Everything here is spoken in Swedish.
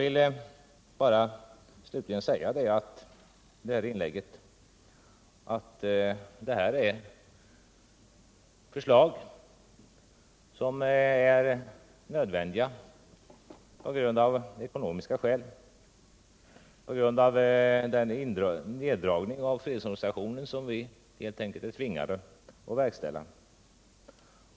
Jag vill slutligen i det här inlägget bara säga att detta är förslag som är nödvändiga på grund av ekonomiska omständigheter, på grund av den neddragning av fredsorganisationen som vi helt enkelt är tvingade att verkställa.